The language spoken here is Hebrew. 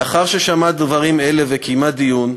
לאחר ששמעה ועדת הכנסת את הדברים האלה וקיימה דיון,